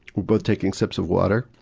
both taking sips of water.